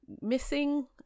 missing